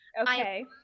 okay